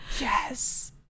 Yes